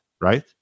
right